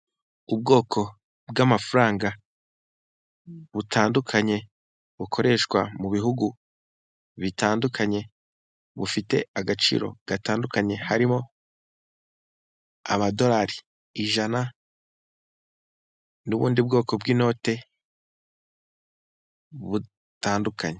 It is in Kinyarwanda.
Ubwoko bw'amafaranga butandukanye, bukoreshwa mu bihugu bitandukanye, bufite agaciro gatandukanye, harimo amadorali ijana, n'ubundi bwoko bw'inoti butandukanye.